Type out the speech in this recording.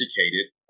educated